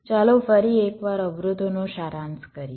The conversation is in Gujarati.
ચાલો ફરી એક વાર અવરોધોનો સારાંશ કરીએ